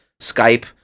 skype